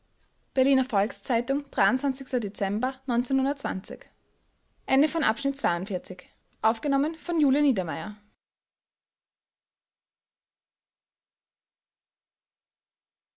berliner volks-zeitung dezember